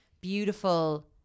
beautiful